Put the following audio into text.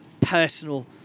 personal